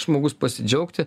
žmogus pasidžiaugti